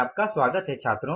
आपका स्वागत है छात्रों